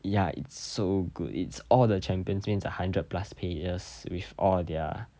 ya it's so good it's all the champions means a hundred plus pages with all their